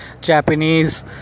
Japanese